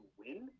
win